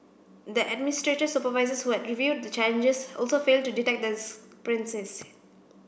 the administrator's supervisors who had reviewed the changes also failed to detect this